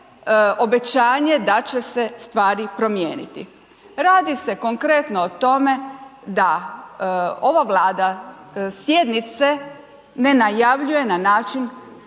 obećanje da će se stvari promijeniti. Radi se konkretno o tome da ova Vlada sjednice ne najavljuje na način